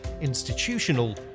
institutional